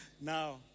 Now